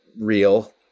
real